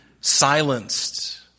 silenced